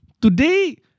Today